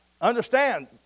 understand